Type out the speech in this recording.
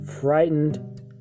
frightened